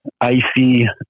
icy